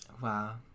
Wow